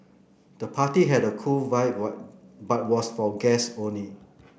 the party had a cool vibe but was for guests only